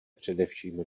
především